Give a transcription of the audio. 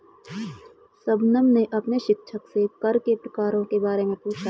शबनम ने अपने शिक्षक से कर के प्रकारों के बारे में पूछा